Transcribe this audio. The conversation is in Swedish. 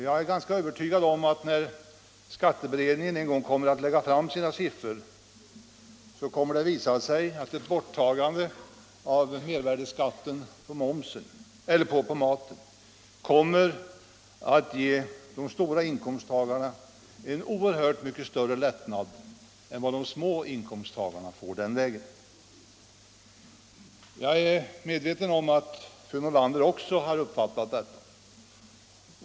Jag är ganska övertygad om att det, när skatteutredningen en gång lägger fram sina siffror, kommer att visa sig att ett borttagande av mervärdeskatten på mat ger de stora inkomsttagarna en oerhört mycket större lättnad än de små inkomsttagarna får. Jag är medveten om att fru Nordlander har uppfattat detta.